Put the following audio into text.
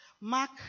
Mark